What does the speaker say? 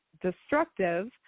destructive